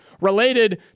related